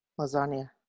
lasagna